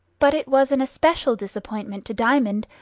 but it was an especial disappointment to diamond,